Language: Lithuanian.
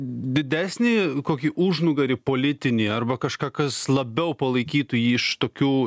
didesnį kokį užnugarį politinį arba kažką kas labiau palaikytų jį iš tokių